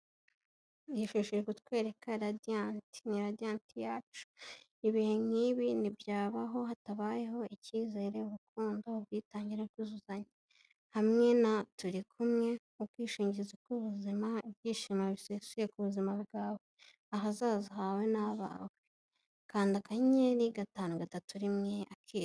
Nifuje kukwereka radiyanti ni egenti yacu, ibihe nk'ibi ntibyabaho hatabayeho icyizere, urukundo, ubwitange no kuzuzanya, hamwe na turi kumwe mu bwishingizi bw'ubuzima, ibyishimo bisesuye ku buzima bwawe, ahazaza hawe ni ahawe kanda akanyenyeri gatanu gatatu rimwe urwego.